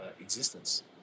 existence